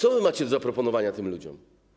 Co wy macie do zaproponowania tym ludziom?